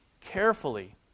carefully